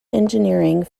engineering